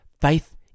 Faith